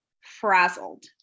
frazzled